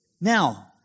Now